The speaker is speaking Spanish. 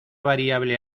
variable